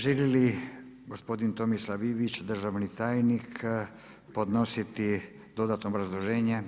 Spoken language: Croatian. Želi li gospodin Tomislav Ivić, državni tajnik podnositi dodatno obrazloženje.